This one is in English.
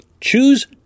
Choose